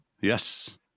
Yes